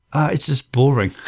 it's just boring,